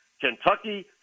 Kentucky